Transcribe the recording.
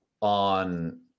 on